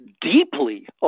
deeply